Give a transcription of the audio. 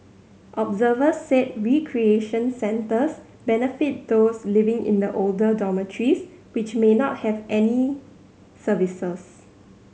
observers said recreation centres benefit those living in the older dormitories which may not have any services